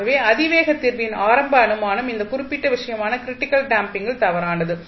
ஆகவே அதிவேக தீர்வின் ஆரம்ப அனுமானம் இந்த குறிப்பிட்ட விஷயமான க்ரிட்டிக்கல் டேம்ப்பிங் ல் தவறானது